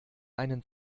einen